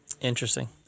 Interesting